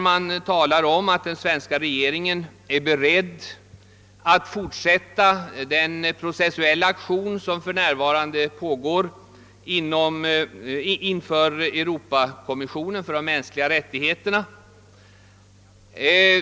Man talar om att den svenska regeringen är beredd att fortsätta den processuella aktion som för närvarande pågår inför Europakommissionen för de mänskliga rättigheterna.